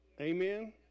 Amen